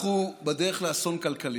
אנחנו בדרך לאסון כלכלי,